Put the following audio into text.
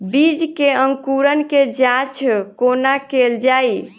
बीज केँ अंकुरण केँ जाँच कोना केल जाइ?